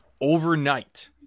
overnight